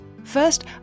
First